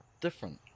different